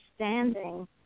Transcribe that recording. understanding